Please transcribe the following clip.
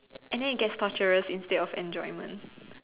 and then it gets torturous instead of enjoyment